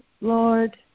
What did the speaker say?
Lord